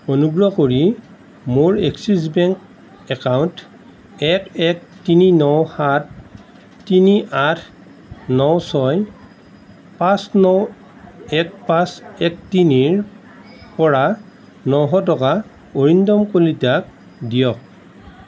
অনুগ্ৰহ কৰি মোৰ এক্সিছ বেংক একাউণ্ট এক এক তিনি ন সাত তিনি আঠ ন ছয় পাঁচ ন এক পাঁচ এক তিনিৰ পৰা নশ টকা অৰিন্দম কলিতাক দিয়ক